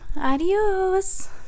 adios